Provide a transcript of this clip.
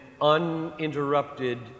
uninterrupted